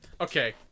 Okay